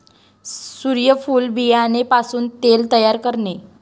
सूर्यफूल बियाणे पासून तेल तयार करणे